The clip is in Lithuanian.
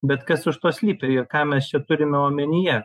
bet kas už to slypi ką mes čia turime omenyje